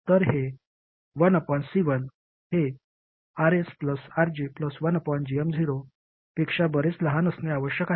तर 1C1 हे Rs RG 1gm0 पेक्षा बरेच लहान असणे आवश्यक आहे